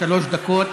שלוש דקות.